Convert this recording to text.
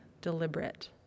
deliberate